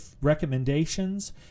recommendations